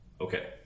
Okay